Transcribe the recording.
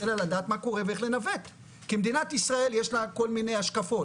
אלא לדעת מה קורה ואיך לנווט כי מדינת ישראל יש לה כל מיני השקפות,